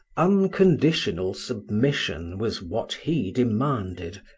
unconditional submission was what he demanded,